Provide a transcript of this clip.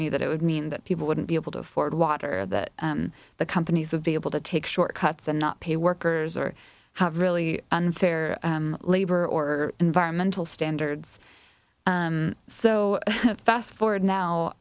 me that it would mean that people wouldn't be able to afford water that the companies would be able to take short cuts and not pay workers or really unfair labor or environmental standards so fast forward now